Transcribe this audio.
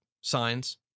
signs